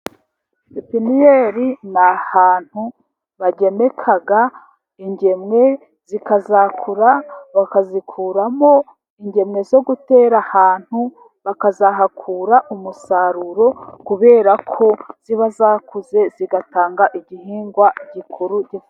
Pepiniyeri ni ahantu bagemeka ingemwe zikazakura, bakazikuramo ingemwe zo gutera ahantu, bakazahakura umusaruro kubera ko ziba zakuze zigatanga igihingwa gikuru.